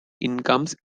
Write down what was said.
incomes